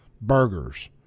burgers